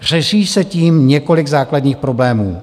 Řeší se tím několik základních problémů.